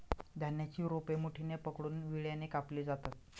धान्याची रोपे मुठीने पकडून विळ्याने कापली जातात